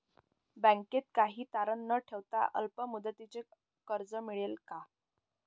बँकेत काही तारण न ठेवता अल्प मुदतीचे कर्ज मिळेल का?